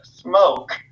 smoke